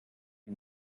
die